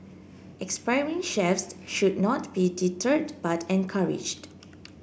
expiring chefs should not be deterred but encouraged